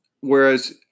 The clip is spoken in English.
whereas